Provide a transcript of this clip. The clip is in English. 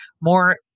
more